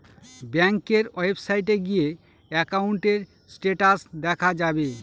ব্যাঙ্কের ওয়েবসাইটে গিয়ে একাউন্টের স্টেটাস দেখা যাবে